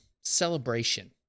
celebration